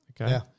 Okay